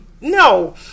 No